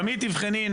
תמיד תבחני,